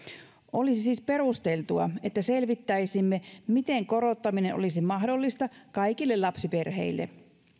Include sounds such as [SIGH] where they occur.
olisi siis perusteltua [UNINTELLIGIBLE] että selvittäisimme miten korottaminen olisi mahdollista kaikille lapsiperheille